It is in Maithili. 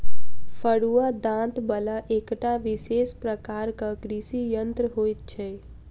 फरूआ दाँत बला एकटा विशेष प्रकारक कृषि यंत्र होइत छै